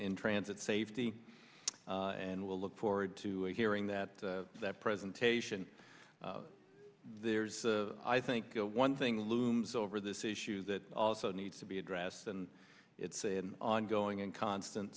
in transit safety and we'll look forward to hearing that that presentation there's a i think one thing looms over this issue that also needs to be addressed and it's an ongoing and constant